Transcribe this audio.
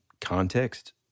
context